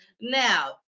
Now